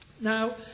Now